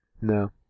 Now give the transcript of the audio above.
No